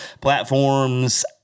platforms